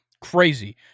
Crazy